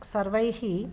सर्वैः